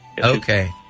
Okay